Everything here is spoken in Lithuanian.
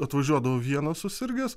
atvažiuodavo vienas susirgęs